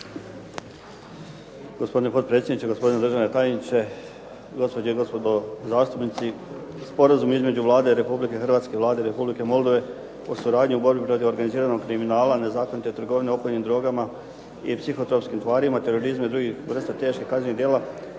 Gospodine potpredsjedniče, gospodine državni tajniče, gospođe i gospodo zastupnici. Sporazum između Vlada Republike Hrvatske i Vlade Republike Moldove o suradnji o suradnji u borbi protiv organiziranog kriminala, nezakonite trgovine opojnim drogama i psihotropnim tvarima, terorizma i drugih vrsta teških kaznenih djela